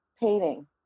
painting